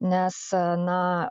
nes na